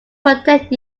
protect